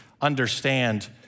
understand